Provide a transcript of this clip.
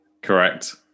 Correct